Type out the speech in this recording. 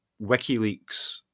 WikiLeaks